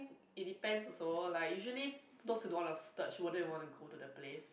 it depends also like usually those who don't wanna splurge wouldn't even wanna go to the place